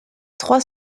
trois